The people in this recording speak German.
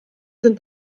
sind